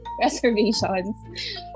reservations